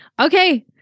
Okay